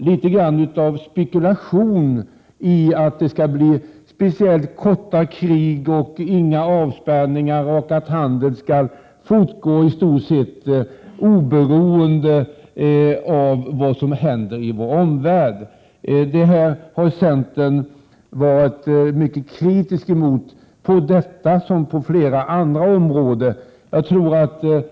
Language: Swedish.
141 Det spekuleras litet grand i att om det blir krig blir det ett kort krig, att det inte skall bli några avspärrningar och att handeln skall fortgå i stort sett oberoende av vad som händer i vår omvärld. Centern har varit mycket kritisk mot detta när det gäller både detta område och andra områden.